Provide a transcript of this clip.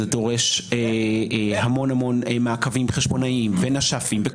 זה דורש המון מעקבים חשבונאים ונש"פים.